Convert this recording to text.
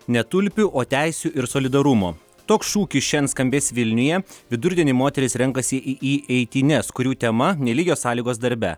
ne tulpių o teisių ir solidarumo toks šūkis šiandien skambės vilniuje vidurdienį moterys renkasi į eitynes kurių tema nelygios sąlygos darbe